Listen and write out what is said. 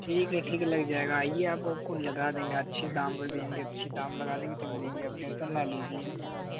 ठीक है ठीक है लग जाएगा आइए आप लोग को लगा देंगे अच्छे दाम में लगा देंगे अच्छे दाम में देंगे कोई टेन्शन ना लीजिए